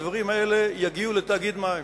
הדברים האלה יגיעו לתאגיד מים,